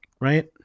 right